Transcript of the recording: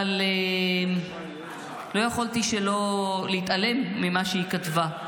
אבל לא יכולתי להתעלם ממה שהיא כתבה.